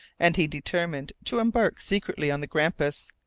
and he determined to embark secretly on the grampus,